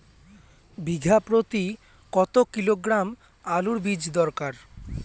বিঘা প্রতি কত কিলোগ্রাম আলুর বীজ দরকার?